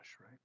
right